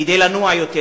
כדי לנוע יותר.